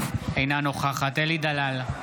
אינה נוכחת אלי דלל,